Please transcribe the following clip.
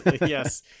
Yes